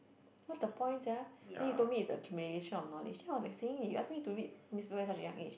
what's the point sia then he told me is accumulation of knowledge then I was like saying you ask me to read newspaper at such a young age